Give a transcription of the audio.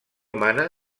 mana